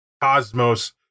Cosmos